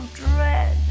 dread